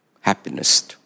happiness